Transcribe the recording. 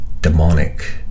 demonic